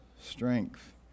strength